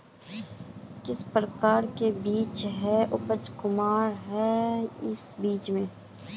किस प्रकार के बीज है उपज कुंसम है इस बीज में?